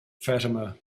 fatima